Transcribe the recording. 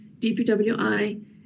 dpwi